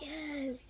Yes